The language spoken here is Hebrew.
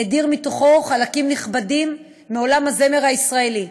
הדיר מתוכו חלקים נכבדים מעולם הזמר הישראלי